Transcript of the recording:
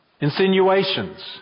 insinuations